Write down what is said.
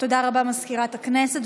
תודה רבה, מזכירת הכנסת.